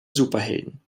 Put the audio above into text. superhelden